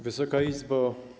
Wysoka Izbo!